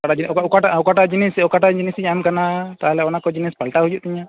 ᱚᱠᱟ ᱚᱠᱟ ᱚᱠᱟᱴᱟᱜ ᱚᱠᱟᱴᱟᱜ ᱡᱤᱱᱤᱥ ᱚᱠᱟᱴᱟᱜ ᱡᱤᱱᱤᱥᱤᱧ ᱮᱢ ᱟᱠᱟᱱᱟ ᱛᱟᱦᱚᱞᱮ ᱚᱱᱟ ᱠᱚ ᱡᱤᱱᱤᱥ ᱯᱟᱞᱴᱟᱣ ᱦᱩᱭᱩᱜ ᱛᱤᱧᱟᱹ